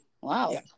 Wow